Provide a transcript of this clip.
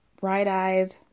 bright-eyed